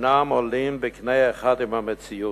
אינם עולים בקנה אחד עם המציאות.